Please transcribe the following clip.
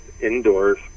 indoors